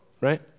right